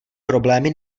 problémy